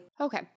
Okay